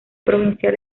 provincial